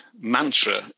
mantra